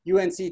UNC